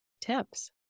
tips